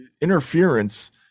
interference